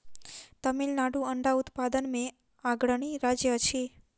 तमिलनाडु अंडा उत्पादन मे अग्रणी राज्य अछि